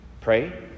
Pray